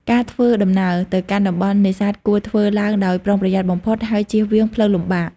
ការធ្វើដំណើរ ទៅកាន់តំបន់នេសាទគួរធ្វើឡើងដោយប្រុងប្រយ័ត្នបំផុត ហើយជៀសវាងផ្លូវលំបាក។